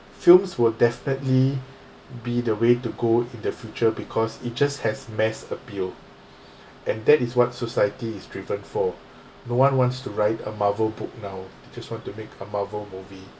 films will definitely be the way to go in the future because it just has mass appeal and that is what society is driven for no one wants to write a marvel book now just want to make a marvel movie